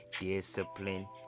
discipline